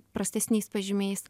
prastesniais pažymiais